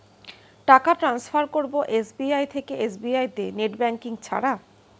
টাকা টান্সফার করব এস.বি.আই থেকে এস.বি.আই তে নেট ব্যাঙ্কিং ছাড়া?